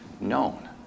known